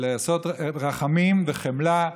רחמים וחמלה.